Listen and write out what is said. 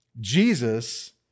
Jesus